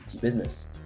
business